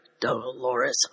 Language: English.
Dolores